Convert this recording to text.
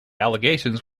allegations